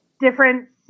different